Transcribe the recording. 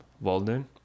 walden